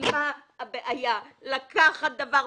מה הבעיה לקחת דבר?